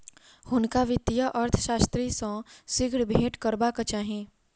हुनका वित्तीय अर्थशास्त्री सॅ शीघ्र भेंट करबाक छल